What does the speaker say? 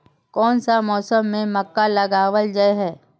कोन सा मौसम में मक्का लगावल जाय है?